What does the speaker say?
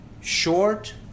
short